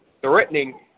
threatening